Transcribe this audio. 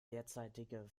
derzeitige